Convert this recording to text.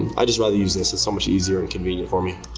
i just rather use this. it's so much easier and convenient for me.